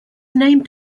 named